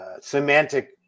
semantic